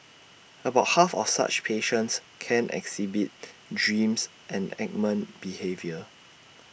about half of such patients can exhibit dreams enactment behaviour